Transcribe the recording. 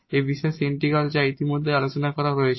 এই particular integral যা ইতিমধ্যে এখন আলোচনা করা হচ্ছে